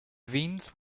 veins